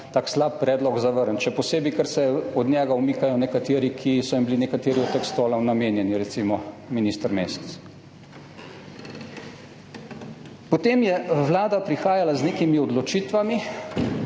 tak slab predlog zavrniti. Še posebej, ker se od njega umikajo nekateri, ki so jim bili nekateri od teh stolov namenjeni, recimo minister Mesec. Potem je vlada prihajala z nekimi odločitvami,